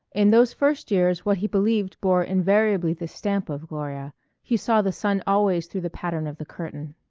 in those first years what he believed bore invariably the stamp of gloria he saw the sun always through the pattern of the curtain.